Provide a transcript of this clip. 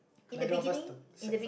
neither of us to sec-five